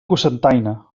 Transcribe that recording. cocentaina